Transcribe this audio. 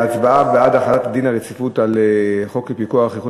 ההצעה להחיל דין הרציפות על חוק לפיקוח על איכות